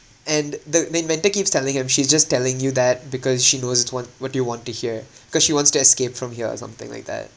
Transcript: and the the inventor keeps telling him she's just telling you that because she knows what what do you want to hear cause she wants to escape from here or something like that